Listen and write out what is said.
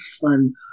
fun